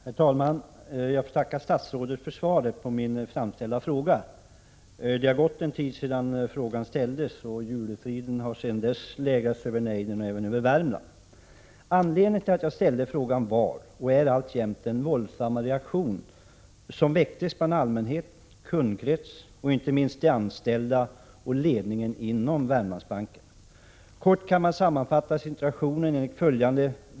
Herr talman! Jag får tacka statsrådet för svaret på min framställda fråga. Det har gått en tid sedan frågan ställdes, och julefriden har sedan dess lägrats över nejden även i Värmland. Anledningen till att jag ställde frågan var — och så är det alltjämt — den våldsamma reaktion som i detta fall väckts bland allmänhet, kundkrets och inte minst bland de anställda samt inom ledningen i Värmlandsbanken. Kort kan man sammanfatta situationen enligt följande.